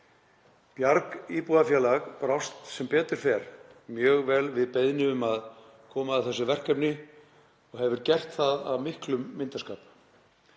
Bjarg íbúðafélag brást sem betur fer mjög vel við beiðni um að koma að þessu verkefni og hefur gert það af miklum myndarskap.